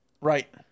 Right